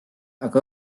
aga